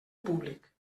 públic